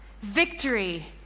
victory